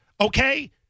Okay